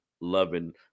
loving